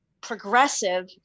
progressive